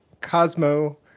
Cosmo